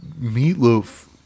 meatloaf